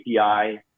API